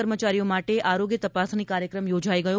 કર્મચારીઓ માટે આરોગ્ય તપાસણી કાર્યક્રમ યોજાઈ ગયો